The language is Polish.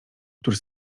który